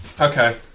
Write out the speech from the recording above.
Okay